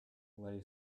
lay